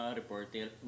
reporter